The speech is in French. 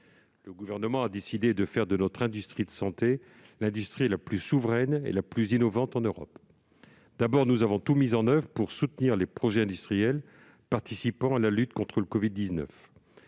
Le Gouvernement a donc décidé de faire de la santé l'industrie la plus souveraine et la plus innovante en Europe. Tout d'abord, nous avons tout mis en oeuvre pour soutenir les projets industriels participant à la lutte contre la covid-19.